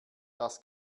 das